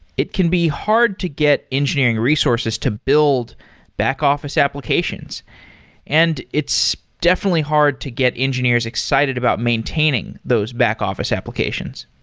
it can be hard to get engineering resources to build back-office applications and it's definitely hard to get engineers excited about maintaining those back-office applications.